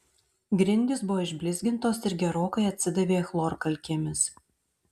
grindys buvo išblizgintos ir gerokai atsidavė chlorkalkėmis